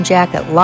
Jacket